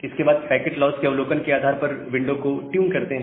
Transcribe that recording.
इसके बाद packet loss के अवलोकन के आधार पर विंडो को ट्यून करते हैं